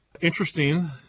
Interesting